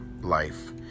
life